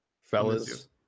fellas